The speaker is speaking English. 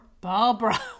Barbara